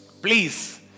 please